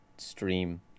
stream